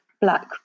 black